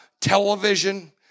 television